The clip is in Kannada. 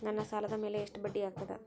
ನನ್ನ ಸಾಲದ್ ಮ್ಯಾಲೆ ಎಷ್ಟ ಬಡ್ಡಿ ಆಗ್ತದ?